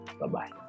Bye-bye